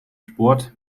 sport